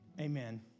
Amen